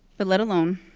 but let alone,